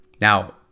Now